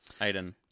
Aiden